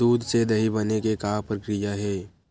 दूध से दही बने के का प्रक्रिया हे?